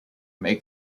make